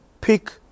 Pick